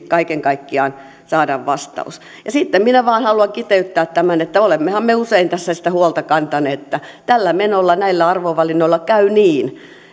kaiken kaikkiaan saada vastaus ja sitten minä vain haluan kiteyttää tämän että olemmehan me usein tässä sitä huolta kantaneet että tällä menolla näillä arvovalinnoilla käy niin